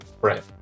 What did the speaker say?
Right